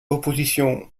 opposition